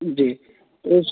जी तो उस